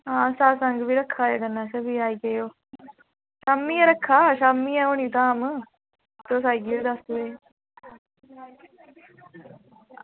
हां सत्संग बी रक्खा कन्नै तुस आई जाएओ शामीं गै रक्खे दा शामीं गै होनी धाम तुस आई जाएओ दस्स बजे